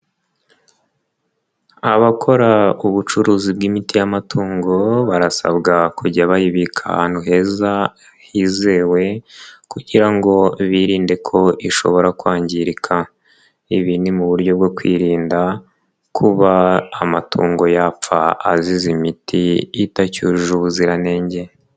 Abakora ubucuruzi bw'imiti y'amatungo barasabwa kujya bayibika ahantu heza hizewe kugira ngo birinde ko ishobora kwangirika, ibi ni mu buryo bwo kwirinda kuba amatungo yapfa azize imiti itacyujuje ubuziranenge.